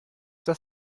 das